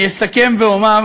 אני אסכם ואומר